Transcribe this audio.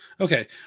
okay